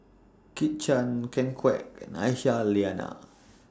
Kit Chan Ken Kwek and Aisyah Lyana